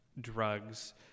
drugs